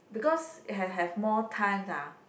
because have have more times ah